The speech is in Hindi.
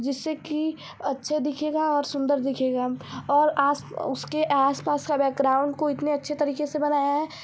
जिससे कि अच्छे दिखेगा और सुंदर दिखेगा और आस उसके आसपास का ब्याकराउन को इतने अच्छे तरीके से बनाया है